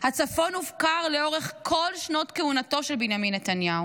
הצפון הופקר לאורך כל שנות כהונתו של בנימין נתניהו.